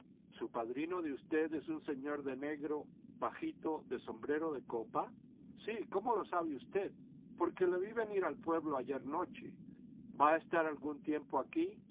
sa padrino de usted es un señor de negro bajito de sombrero de copa sí cómo lo sabe usted porque le vi venir al pueblo ayer noche va a estar algún tiempo aquí